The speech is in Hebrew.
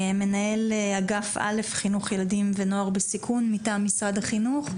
מנהל אגף א' חינוך ילדים ונוער בסיכון מטעם משרד החינוך,